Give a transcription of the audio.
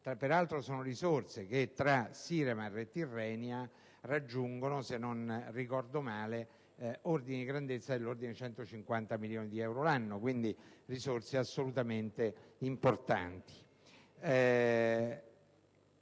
Peraltro, sono risorse che tra Siremar e Tirrenia raggiungono, se non ricordo male, l'ordine di grandezza di 150 milioni di euro l'anno: quindi, risorse assolutamente importanti.